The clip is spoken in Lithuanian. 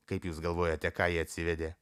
kaip jūs galvojate ką jie atsivedė